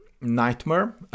nightmare